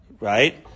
Right